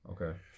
Okay